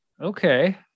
Okay